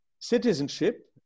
citizenship